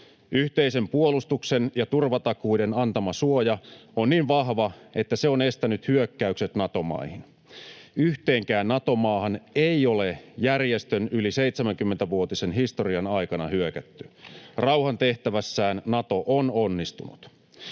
Yhteisen puolustuksen ja turvatakuiden antama suoja on niin vahva, että se on estänyt hyökkäykset Nato-maihin. Yhteenkään Nato-maahan ei ole järjestön yli 70-vuotisen historian aikana hyökätty. Rauhantehtävässään Nato on onnistunut.